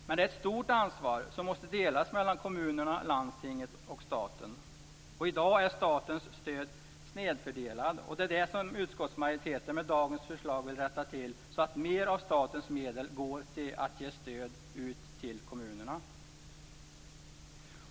Men det är ett stort ansvar som måste delas mellan kommunerna, landstingen och staten. I dag är statens stöd snedfördelat, och det är det som utskottsmajoriteten med dagens förslag vill rätta till så att mera av statens medel går till att ge stöd ut till kommunerna.